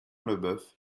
leboeuf